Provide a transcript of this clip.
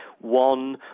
one